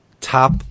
top